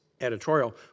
editorial